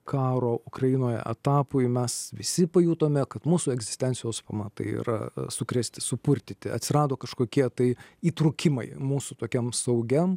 karo ukrainoje etapui mes visi pajutome kad mūsų egzistencijos pamatai yra sukrėsti supurtyti atsirado kažkokie tai įtrūkimai mūsų tokiam saugiam